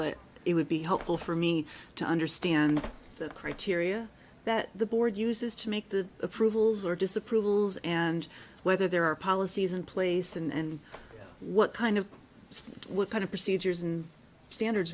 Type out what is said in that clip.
but it would be helpful for me to understand the criteria that the board uses to make the approvals or disapprovals and whether there are policies in place and what kind of what kind of procedures and standards